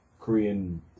Korean